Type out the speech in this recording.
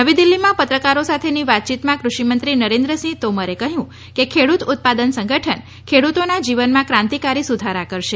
નવી દિલ્હીમાં પત્રકારોની સાથેની વાતચીતમાં કૃષિમંત્રી નરેન્દ્રસિંહ તોમરે કહ્યું કે ખેડુત ઉત્પાદન સંગઠન ખેડુતોના જીવનમાં કાંતીકારી સુધારા કરશે